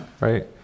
right